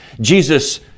Jesus